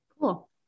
Cool